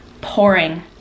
pouring